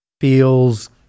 feels